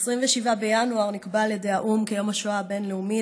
27 בינואר נקבע על ידי האו"ם כיום השואה הבין-לאומי